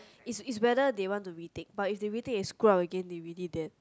it's it's whether they want to retake but if they retake and they screwed up again they really dead